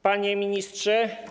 Panie Ministrze!